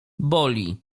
boli